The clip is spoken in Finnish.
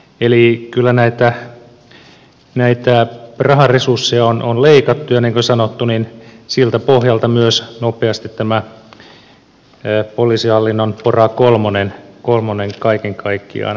eli kyllä näitä raharesursseja on leikattu ja niin kuin sanottu siltä pohjalta myös nopeasti tämä poliisihallinnon pora kolmonen kaiken kaikkiaan käynnistettiin